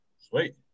Sweet